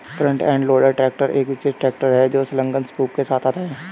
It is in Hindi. फ्रंट एंड लोडर ट्रैक्टर एक विशेष ट्रैक्टर है जो संलग्न स्कूप के साथ आता है